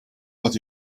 that